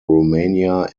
romania